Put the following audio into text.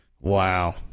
Wow